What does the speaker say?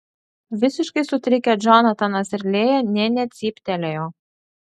visiškai sutrikę džonatanas ir lėja nė necyptelėjo